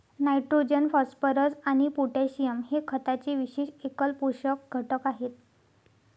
nitrogen, phosphorus आणि potassium हे खताचे विशेष एकल पोषक घटक आहेत